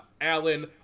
Alan